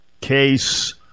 case